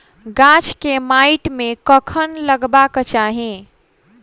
गाछ केँ माइट मे कखन लगबाक चाहि?